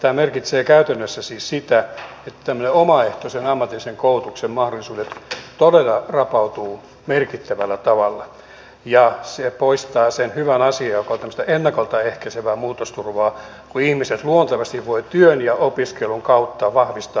tämä merkitsee käytännössä siis sitä että tämmöisen omaehtoisen ammatillisen koulutuksen mahdollisuudet todella rapautuvat merkittävällä tavalla ja se poistaa sen hyvän asian joka on tämmöistä ennakolta ehkäisevää muutosturvaa kun ihmiset luontevasti voivat työn ja opiskelun kautta vahvistaa ammattiosaamistaan